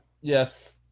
Yes